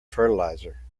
fertilizer